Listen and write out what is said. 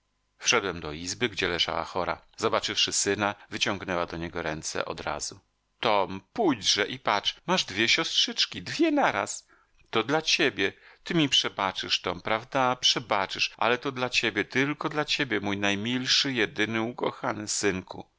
wszedłem do izby gdzie leżała chora zobaczywszy syna wyciągnęła do niego ręce odrazu tom pójdźże i patrz masz dwie siostrzyczki dwie naraz to dla ciebie ty mi przebaczysz tom prawda przebaczysz ale to dla ciebie tylko dla ciebie mój najmilszy jedyny ukochany synku